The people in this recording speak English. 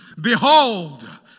behold